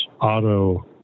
auto